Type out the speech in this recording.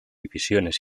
divisiones